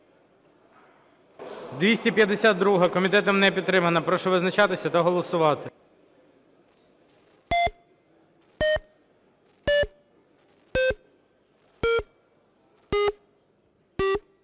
Комітетом не підтримана. Прошу визначатись та голосувати.